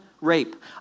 rape